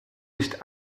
nicht